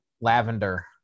Lavender